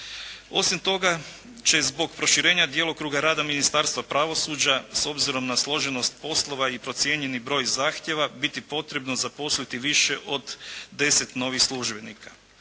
Osim toga će zbog proširenja djelokruga rada Ministarstva pravosuđa s obzirom na složenost poslova i procijenjeni broj zahtjeva biti potrebno zaposliti više od 10 novih službenika.